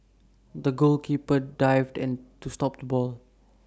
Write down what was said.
the goalkeeper dived to stop the ball